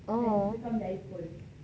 O